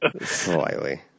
Slightly